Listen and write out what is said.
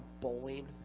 bowling